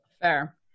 Fair